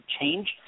change